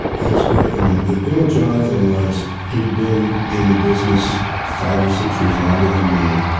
it was great. i mean, the thing with jonathan was, he been in the business five or six years longer than me.